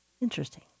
Interesting